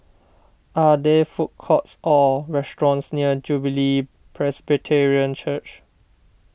are there food courts or restaurants near Jubilee Presbyterian Church